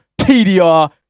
TDR